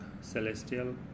celestial